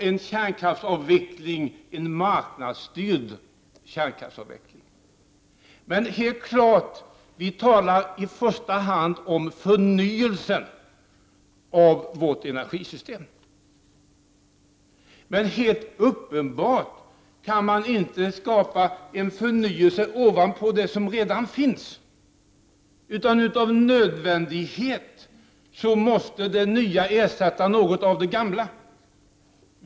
Vi satsar tvärtom på en marknadsstyrd kärnkraftsavveckling. Men i första hand talar vi om förnyelse av det svenska energisystemet. Helt uppenbart kan man dock inte skapa en förnyelse ovanpå det som redan finns. Av nödvändighet måste det nya ersätta något av det gamla.